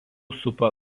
supa